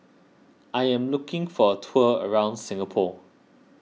I am looking for a tour around Singapore